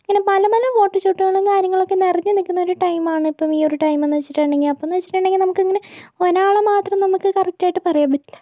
അങ്ങനെ പല പല ഫോട്ടോ ഷൂട്ടുകളും കാര്യങ്ങളൊക്കെ നിറഞ്ഞു നിൽക്കുന്നൊരു ടൈമാണ് ഇപ്പം ഈയൊരു ടൈമ്ന്ന് വെച്ചിട്ടുണ്ടെങ്കിൽ അപ്പംന്നു വെച്ചിട്ടുണ്ടെങ്കിൽ നമുക്കിങ്ങനെ ഒരാളെ മാത്രം നമുക്ക് കറക്റ്റായിട്ട് പറയാൻ പറ്റില്ല